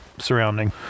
surrounding